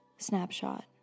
snapshot